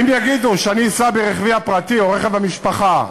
אם יגידו שאני אסע ברכבי הפרטי או רכב המשפחה,